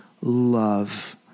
love